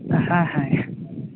ᱦᱮᱸ ᱦᱮᱸ